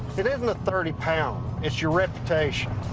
it isn't the thirty pounds. it's your reputation.